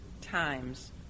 times